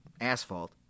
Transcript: asphalt